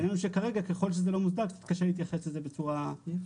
העניין שכרגע וככל שזה לא מוסדר קצת קשה להתייחס לזה בצורה רצינית.